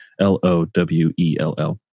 L-O-W-E-L-L